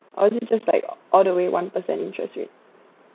or is it just like all the way one per cent interest rate